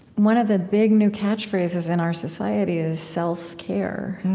one of the big new catchphrases in our society is self-care